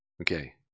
Okay